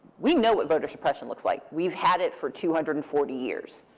we know what voter suppression looks like. we've had it for two hundred and forty years.